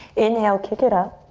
inhale, kick it up.